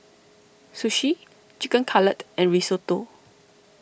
Sushi Chicken Cutlet and Risotto